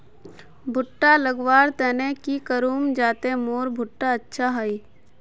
भुट्टा लगवार तने की करूम जाते मोर भुट्टा अच्छा हाई?